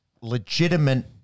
legitimate